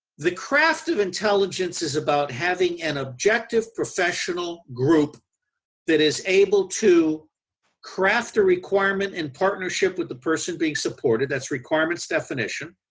the craft of intelligence is about having an objective, professional group that is able to craft a requirement and partnership with the person being supported. that's requirement's definition.